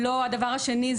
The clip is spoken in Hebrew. הדבר השני,